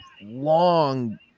long